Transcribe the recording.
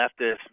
leftist